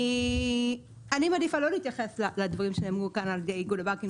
אני מעדיפה לא להתייחס לדברים שנאמרו כאן על ידי איגוד הבנקים.